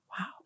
Wow